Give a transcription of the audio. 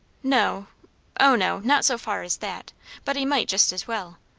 no o no, not so far as that but he might just as well.